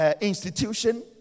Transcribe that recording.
institution